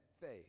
faith